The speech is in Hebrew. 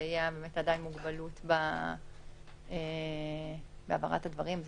שמסייע לאדם עם מוגבלות בהעברת הדברים.